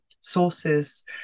sources